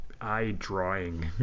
eye-drawing